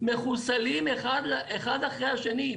מחוסלים אחד אחרי השני.